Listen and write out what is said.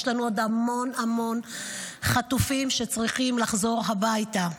יש לנו עוד המון המון חטופים שצריכים לחזור הביתה,